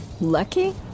lucky